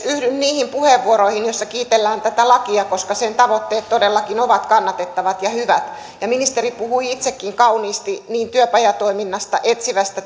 yhdyn niihin puheenvuoroihin joissa kiitellään tätä lakia koska sen tavoitteet todellakin ovat kannatettavat ja hyvät ministeri puhui itsekin kauniisti niin työpajatoiminnasta etsivästä